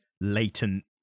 latent